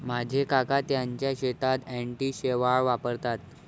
माझे काका त्यांच्या शेतात अँटी शेवाळ वापरतात